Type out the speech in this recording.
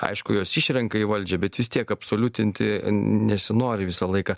aišku juos išrenka į valdžią bet vis tiek absoliutinti nesinori visą laiką